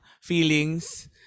feelings